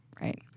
Right